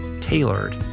tailored